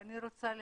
אני רוצה להגיד,